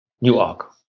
Newark